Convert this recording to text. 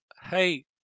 Hey